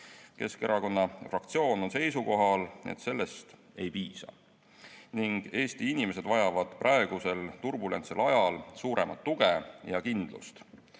Keskerakonna fraktsioon on seisukohal, et sellest ei piisa ning Eesti inimesed vajavad praegusel turbulentsel ajal suuremat tuge ja kindlust.